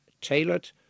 tailored